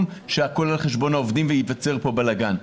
שהכול על חשבון העובדים וייווצר פה בלגן.